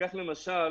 ניקח למשל